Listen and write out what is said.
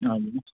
हजुर